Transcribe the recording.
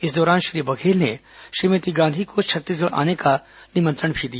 इस दौरान श्री बघेल ने श्रीमती गांधी को छत्तीसगढ़ आने का निमंत्रण भी दिया